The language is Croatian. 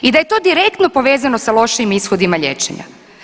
I da je to direktno povezano sa lošijim ishodima liječenja.